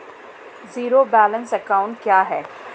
Zero balance account क्या है?